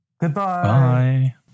Goodbye